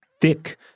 Thick